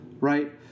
right